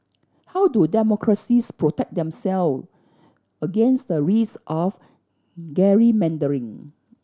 how do democracies protect themself against the risk of gerrymandering